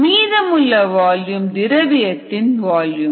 மீதமுள்ள வால்யூம் திரவியத்தின் வால்யூம்